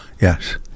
Yes